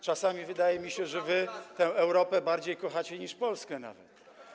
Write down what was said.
Czasami wydaje mi się, że wy tę Europę bardziej kochacie niż Polskę nawet.